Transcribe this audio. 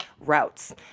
routes